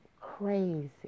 crazy